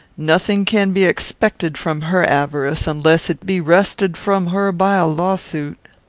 nothing can be expected from her avarice, unless it be wrested from her by a lawsuit.